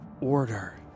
order